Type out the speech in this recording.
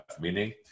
meaning